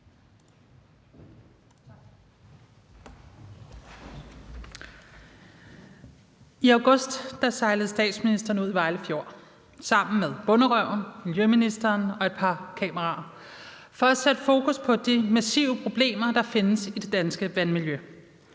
I august sejlede statsministeren ud i Vejle Fjord sammen med »Bonderøven«, miljøministeren og et par kameraer for at sætte fokus på de massive problemer, der findes i det danske vandmiljø.